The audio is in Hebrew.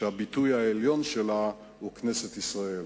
שהביטוי העליון שלה הוא כנסת ישראל.